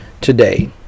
today